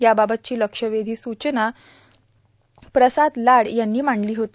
या बाबतची लक्षवेधी सूचना प्रसाद लाड यांनी मांडली होती